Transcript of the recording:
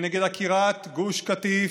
כנגד עקירת גוש קטיף,